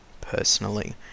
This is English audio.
personally